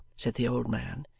said the old man.